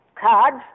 cards